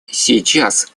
сейчас